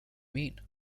mean